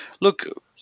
Look